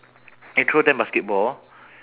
intro them basketball